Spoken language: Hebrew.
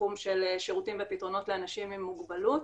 בתחום של שירותים ופתרונות לאנשים עם מוגבלות.